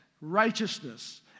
Righteousness